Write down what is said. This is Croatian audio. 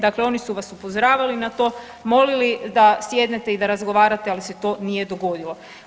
Dakle oni su vas upozoravali na to, molili da sjednete i da razgovarate, ali se to nije dogodilo.